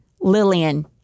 Lillian